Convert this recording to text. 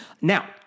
Now